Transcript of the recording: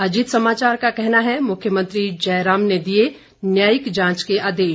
अजीत समाचार का कहना है मुख्यमंत्री जयराम ने दिए न्यायिक जांच के आदेश